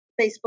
Facebook